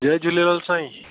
जय झूलेलाल साईं